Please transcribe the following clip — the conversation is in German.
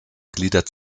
gliedert